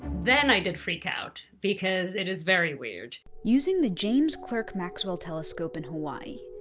then i did freak out because it is very weird. using the james clerk maxwell telescope in hawaii,